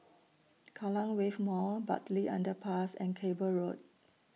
Kallang Wave Mall Bartley Underpass and Cable Road